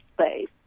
space